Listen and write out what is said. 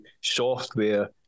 software